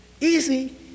easy